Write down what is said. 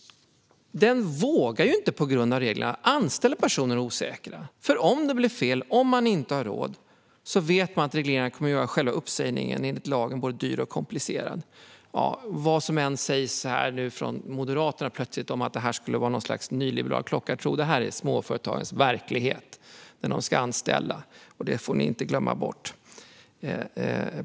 Men på grund av reglerna vågar arbetsgivarna inte anställa personer som är osäkra, för om det blir fel och man inte har råd vet man att regleringarna kommer att göra själva uppsägningen enligt lagen både dyr och komplicerad. Vad som än sägs här nu plötsligt från Moderaterna om att detta skulle vara något slags nyliberal klocka är detta småföretagens verklighet när de ska anställa, och det får ni på den bänken inte glömma bort.